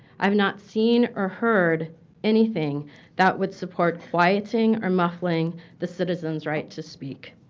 i have not seen or heard anything that would support quieting or muffling the citizen's right to speak.